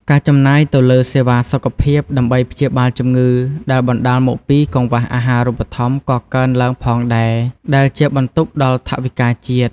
ការចំណាយទៅលើសេវាសុខភាពដើម្បីព្យាបាលជំងឺដែលបណ្តាលមកពីកង្វះអាហារូបត្ថម្ភក៏កើនឡើងផងដែរ ដែលជាបន្ទុកដល់ថវិកាជាតិ។